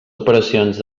operacions